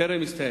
טרם הסתיים,